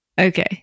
Okay